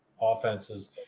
offenses